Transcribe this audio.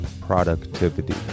productivity